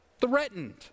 threatened